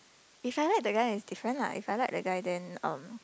if I like the guy then it's different lah if I like the guy then um